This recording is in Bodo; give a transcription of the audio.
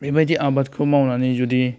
बेबायदि आबादखौ मावनानै जुदि